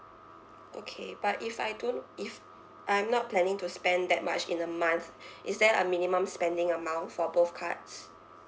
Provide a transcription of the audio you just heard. okay but if I don't if I'm not planning to spend that much in a month is there a minimum spending amount for both cards